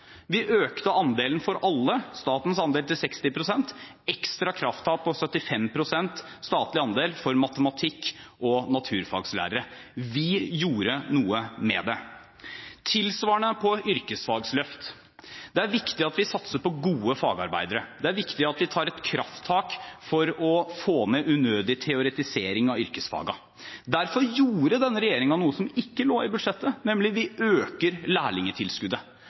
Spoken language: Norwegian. Vi økte andelen for alle – statens andel – til 60 pst., og et ekstra krafttak på 75 pst. statlig andel for matematikk- og naturfagslærere. Vi gjorde noe med det. Tilsvarende på yrkesfagsløft: Det er viktig at vi satser på gode fagarbeidere. Det er viktig at vi tar et krafttak for å få ned unødig teoretisering av yrkesfagene. Derfor gjorde denne regjeringen noe som ikke lå i budsjettet, nemlig: Vi øker